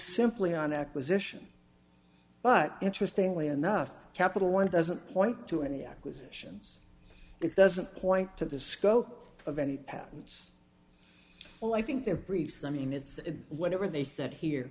simply on acquisition but interestingly enough capital one doesn't point to any acquisitions it doesn't point to the scope of any patents well i think their briefs i mean it's whatever they said he